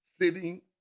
sitting